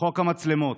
חוק המצלמות,